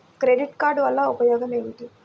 Credit card వల్ల ఉపయోగం ఏమిటీ?